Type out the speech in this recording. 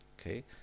Okay